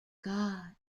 god